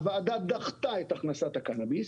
הוועדה דחתה את הכנסת הקנביס